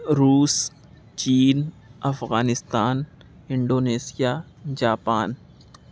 روس چین Afghanistan Indonesia Japan